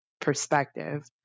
perspective